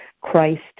Christ